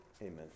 Amen